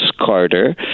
Carter